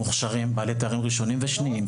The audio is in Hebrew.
מורים מוכשרים בעלי תארים ראשונים ושניים